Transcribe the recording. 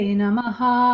namaha